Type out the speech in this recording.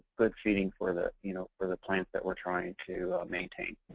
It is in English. good feeding for the you know for the plants that we're trying to maintain.